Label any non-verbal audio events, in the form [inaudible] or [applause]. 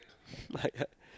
like [laughs]